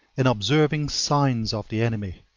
and observing signs of the enemy.